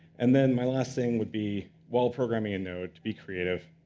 and then, my last thing would be, while programming in node, be creative.